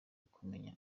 ukumenya